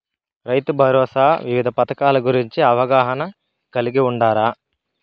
రైతుభరోసా వివిధ పథకాల గురించి అవగాహన కలిగి వుండారా?